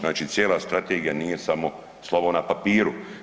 Znači, cijela strategija nije samo slovo na papiru.